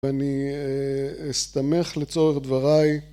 ואני אסתמך לצורך דבריי